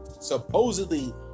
supposedly